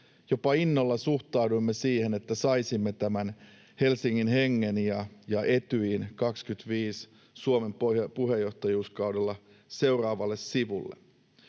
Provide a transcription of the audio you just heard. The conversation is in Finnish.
jopa innolla suhtauduimme siihen, että saisimme tämän Helsingin hengen ja Etyjin Suomen puheenjohtajuuskaudella 25 seuraavalle sivulle.